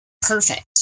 perfect